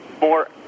more